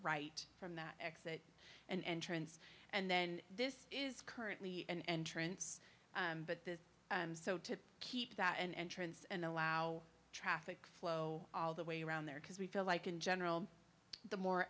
right from the exit and entrance and then this is currently an entrance but this is so to keep that an entrance and allow traffic flow all the way around there because we feel like in general the more